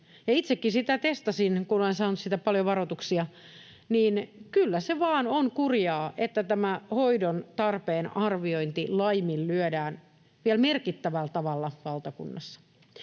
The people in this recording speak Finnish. Itsekin sitä testasin, kun olen saanut siitä paljon varoituksia, ja kyllä se vaan on kurjaa, että tämä hoidon tarpeen arviointi laiminlyödään valtakunnassa